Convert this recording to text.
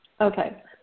okay